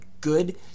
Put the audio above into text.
good